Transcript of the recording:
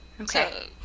Okay